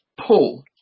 pull